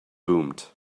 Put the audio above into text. boomed